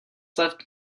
left